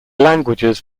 languages